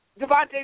Devontae